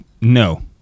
No